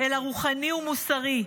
אלא רוחני ומוסרי.